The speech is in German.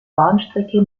bahnstrecke